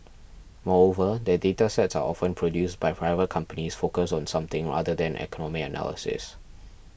moreover the data sets are often produced by private companies focused on something other than economy analysis